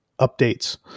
updates